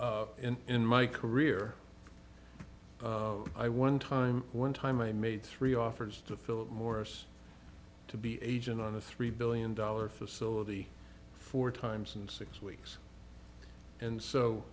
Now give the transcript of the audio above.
in my career i one time one time i made three offers to philip morris to be agent on a three billion dollar facility four times in six weeks and so